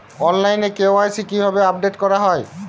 অনলাইনে কে.ওয়াই.সি কিভাবে আপডেট করা হয়?